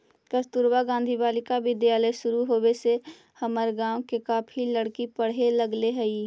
कस्तूरबा गांधी बालिका विद्यालय शुरू होवे से हमर गाँव के काफी लड़की पढ़े लगले हइ